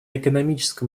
экономическом